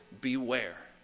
beware